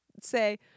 say